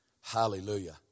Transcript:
Hallelujah